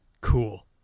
cool